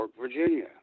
Virginia